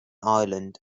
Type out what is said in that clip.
ireland